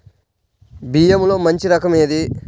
బియ్యంలో మంచి రకం ఏది?